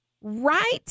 right